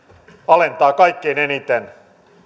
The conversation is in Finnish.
alentaa kaikkein eniten